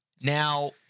Now